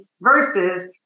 versus